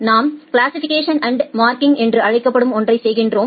நாம் classification and marking என்று அழைக்கப்படும் ஒன்றை செய்கிறோம்